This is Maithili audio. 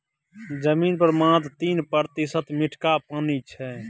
जमीन पर मात्र तीन प्रतिशत मीठका पानि छै